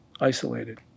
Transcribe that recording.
isolated